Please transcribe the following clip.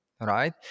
right